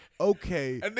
Okay